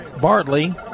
Bartley